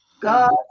God